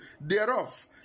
Thereof